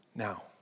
Now